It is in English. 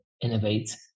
Innovate